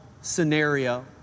scenario